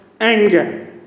anger